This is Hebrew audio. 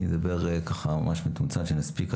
ידבר ככה ממש מתומצת שנספיק,